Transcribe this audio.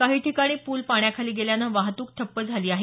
काही ठिकाणी पूल पाण्याखाली गेल्यानं वाहतूक ठप्प झाली आहे